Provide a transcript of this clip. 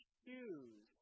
shoes